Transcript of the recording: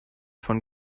von